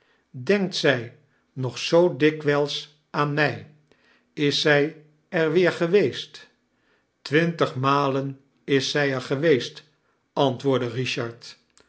denkt zij nog zoo dikwijls aan mij is zij er weer geweest twintig malen is zij er geweest antwoordde richard